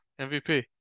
MVP